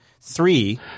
three